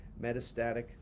metastatic